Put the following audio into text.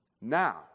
Now